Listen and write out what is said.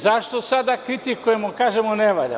Zašto sada kritikujete i kažete da ne valja?